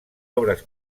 obres